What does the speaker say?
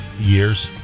years